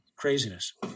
craziness